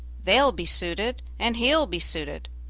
they'll be suited and he'll be suited.